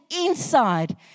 inside